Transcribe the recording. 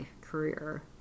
career